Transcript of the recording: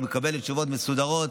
היא מקבלת תשובות מסודרות.